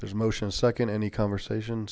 there's motion second any conversation